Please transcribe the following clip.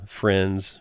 friends